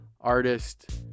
artist